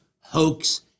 hoax